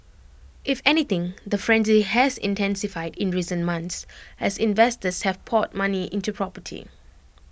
if anything the frenzy has intensified in recent months as investors have poured money into property